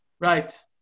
right